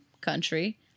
country